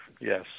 yes